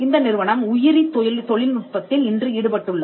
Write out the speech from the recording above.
இந்த நிறுவனம் உயிரி தொழில்நுட்பத்தில் இன்று ஈடுபட்டுள்ளது